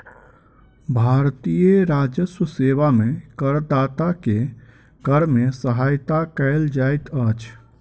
भारतीय राजस्व सेवा में करदाता के कर में सहायता कयल जाइत अछि